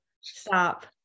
Stop